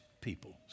people